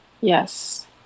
Yes